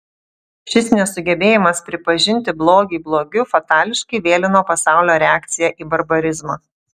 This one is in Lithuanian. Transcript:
šis nesugebėjimas pripažinti blogį blogiu fatališkai vėlino pasaulio reakciją į barbarizmą